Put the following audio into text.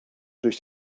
durch